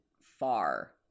far